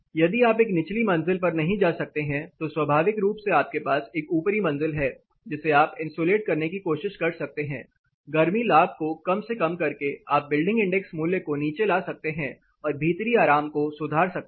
यदि आप एक निचली मंजिल पर नहीं जा सकते हैं तो स्वाभाविक रूप से आपके पास एक ऊपरी मंजिल है जिसे आप इन्सुलेट करने की कोशिश कर सकते हैं गर्मी लाभ को कम से कम करके आप बिल्डिंग इंडेक्स मूल्य को नीचे ला सकते है और भीतरी आराम को सुधार सकते हैं